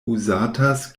uzatas